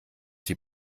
die